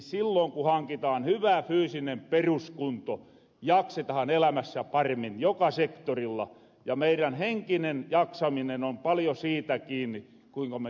silloin ku hankitaan hyvä fyysinen peruskunto jaksetahan elämässä paremmin joka sektorilla ja meirän henkinen jaksaminen on paljo siitä kiinni kuinka me fyysisesti voiraan